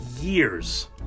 years